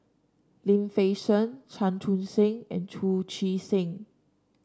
Lim Fei Shen Chan Chun Sing and Chu Chee Seng